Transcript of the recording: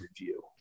review